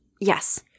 Yes